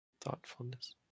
thoughtfulness